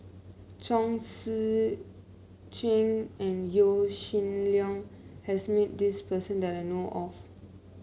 Chong Tze Chien and Yaw Shin Leong has met this person that I know of